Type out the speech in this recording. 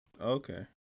Okay